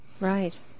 right